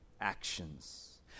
actions